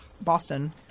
boston